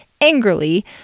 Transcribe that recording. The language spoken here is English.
angrily